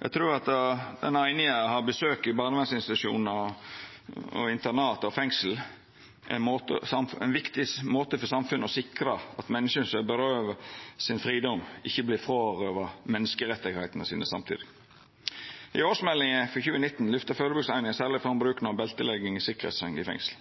Eg trur at besøk frå eininga i barnevernsinstitusjonar, internat og fengsel er ein viktig måte for samfunnet å sikra at menneske som er fråtekne fridomen, ikkje vert fråtekne menneskerettane sine samtidig. I årsmeldinga for 2019 lyftar førebuingseininga særleg fram bruken av beltelegging i sikkerheitsseng i fengsel.